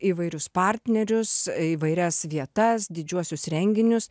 įvairius partnerius įvairias vietas didžiuosius renginius